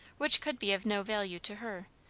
which could be of no value to her,